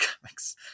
comics